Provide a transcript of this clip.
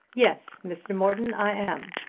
yes, mr. morton, i am.